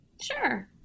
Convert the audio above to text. Sure